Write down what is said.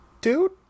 dude